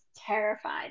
terrified